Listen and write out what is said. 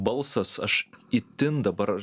balsas aš itin dabar